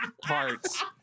parts